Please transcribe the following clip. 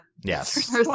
Yes